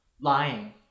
lying